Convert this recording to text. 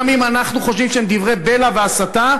גם אם אנחנו חושבים שהם דברי בלע והסתה,